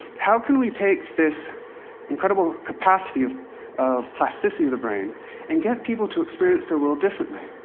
how can we take this incredible capacity of of plasticity of the brain and get people to experience their world differently?